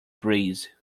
breeze